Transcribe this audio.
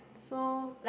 so